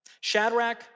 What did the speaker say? Shadrach